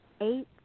eight